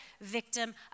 victim